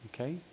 Okay